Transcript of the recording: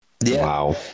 Wow